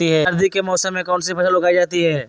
सर्दी के मौसम में कौन सी फसल उगाई जाती है?